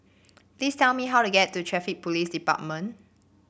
please tell me how to get to Traffic Police Department